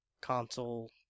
console